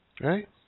right